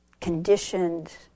conditioned